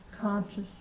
conscious